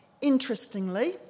Interestingly